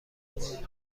دوستون